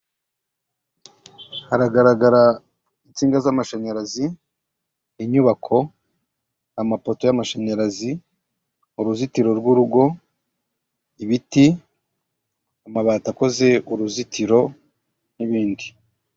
Haragaragara insinga z'amashanyarazi, inyubako, amapoto y'amashanyarazi, uruzitiro rw'urugo, ibiti, amabati akoze uruzitiro n'ibindi.